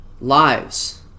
lives